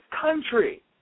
country